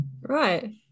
Right